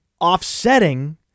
offsetting